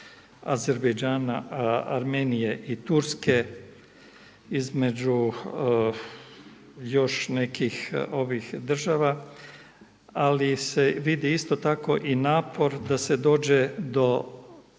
Azerbajdžana, Armenije i Turske, između još nekih ovih država, ali se vidi isto tako i napor da se dođe do